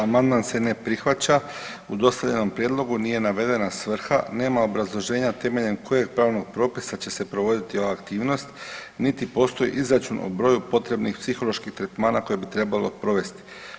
Amandman se ne prihvaća, u dostavljenom prijedlogu nije navedena svrha, nema obrazloženja temeljem kojeg pravnog propisa će se provoditi ova aktivnost niti postoji izračun o broju potrebnih psiholoških tretmana koje bi trebalo provesti.